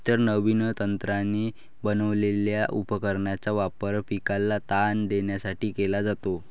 इतर नवीन तंत्राने बनवलेल्या उपकरणांचा वापर पिकाला ताण देण्यासाठी केला जातो